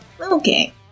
okay